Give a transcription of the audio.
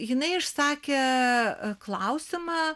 jinai išsakė klausimą